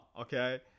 okay